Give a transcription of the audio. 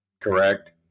Correct